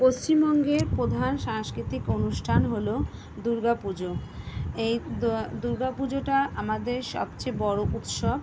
পশ্চিমবঙ্গের প্রধান সাংস্কৃতিক অনুষ্ঠান হলো দুর্গা পুজো এই দ দুর্গা পুজোটা আমাদের সবচেয়ে বড়ো উৎসব